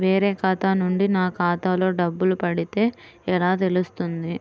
వేరే ఖాతా నుండి నా ఖాతాలో డబ్బులు పడితే ఎలా తెలుస్తుంది?